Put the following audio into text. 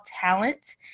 talent